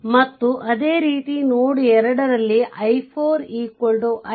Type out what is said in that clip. ಮತ್ತು ಅದೇ ರೀತಿ ನೋಡ್ 2 ರಲ್ಲಿ i4 ix i2